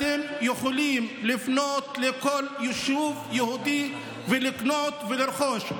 אתם יכולים לפנות לכל יישוב יהודי ולקנות ולרכוש.